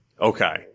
Okay